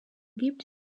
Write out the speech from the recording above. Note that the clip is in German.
gibt